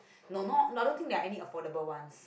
no not I don't think there are any affordable ones